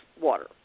water